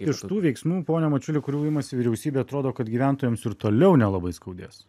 iš tų veiksmų pone mačiuli kurių imasi vyriausybė atrodo kad gyventojams ir toliau nelabai skaudės